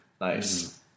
Nice